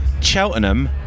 Cheltenham